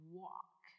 walk